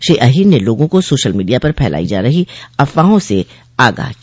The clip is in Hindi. श्री अहीर ने लोगों को सोशल मीडिया पर फैलाई जा रही अफवाहों से आगाह किया